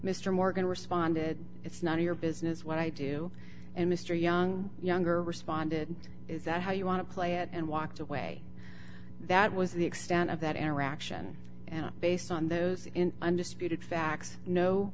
mr morgan responded it's not your business what i do and mr young younger responded is that how you want to play it and walked away that was the extent of that interaction and based on those in undisputed facts no